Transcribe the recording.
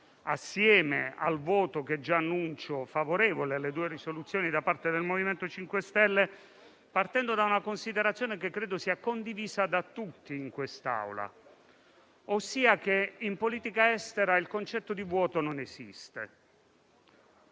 favorevole, che già annuncio, alle due risoluzioni da parte del MoVimento 5 Stelle, partendo da una considerazione che credo sia condivisa da tutti in quest'Aula, ossia che in politica estera il concetto di vuoto non esiste.